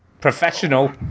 Professional